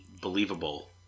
believable